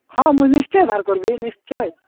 ହଁ ମୁଁ ନିଶ୍ଚୟ ବାହାର କରବି ନିଶ୍ଚୟ